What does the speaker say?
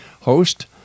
host